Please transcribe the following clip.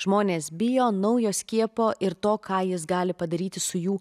žmonės bijo naujo skiepo ir to ką jis gali padaryti su jų